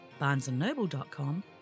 barnesandnoble.com